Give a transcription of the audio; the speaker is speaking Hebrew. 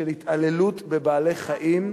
של התעללות בבעלי-חיים,